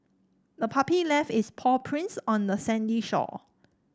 the puppy left its paw prints on the sandy shore